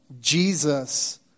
Jesus